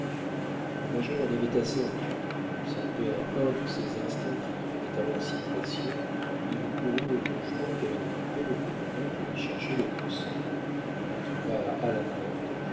le major en avait assez entendu sans perdre un de ces instants qui devenaient alors si précieux il courut au logement qu'avait occupé le commandant pour y chercher les deux sœurs il les trouva à la porte